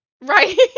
Right